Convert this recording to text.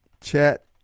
Chat